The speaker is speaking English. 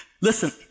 Listen